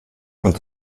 und